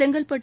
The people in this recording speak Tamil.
செங்கல்பட்டு